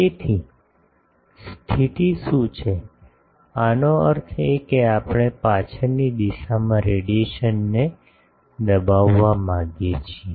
તેથી સ્થિતિ શું છે એનો અર્થ એ કે આપણે પાછળની દિશામાં રેડિયેશનને દબાવવા માગીએ છીએ